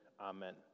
Amen